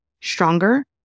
stronger